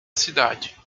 cidade